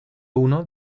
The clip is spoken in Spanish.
uno